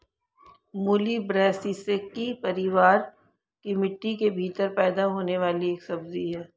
मूली ब्रैसिसेकी परिवार की मिट्टी के भीतर पैदा होने वाली एक सब्जी है